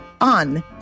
on